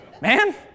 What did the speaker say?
Man